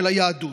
של היהדות.